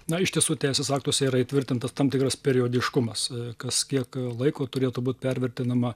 na iš tiesų teisės aktuose yra įtvirtintas tam tikras periodiškumas kas kiek laiko turėtų būt pervertinama